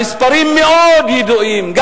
המספרים ידועים מאוד,